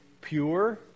pure